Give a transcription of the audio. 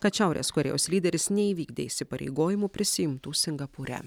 kad šiaurės korėjos lyderis neįvykdė įsipareigojimų prisiimtų singapūre